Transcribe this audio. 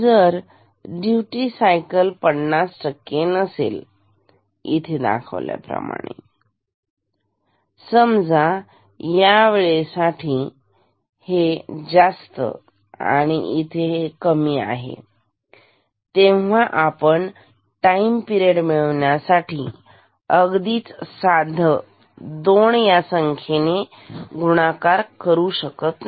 जर duty cycle 50 नसेल इथे दाखवल्याप्रमाणे समजा यावेळी साठी हे जास्त आणि इथे कमी आहे तेव्हा आपण टाईम पिरेड मिळवण्यासाठी अगदीच साधं दोन या संख्येने गुणाकार करू शकत नाही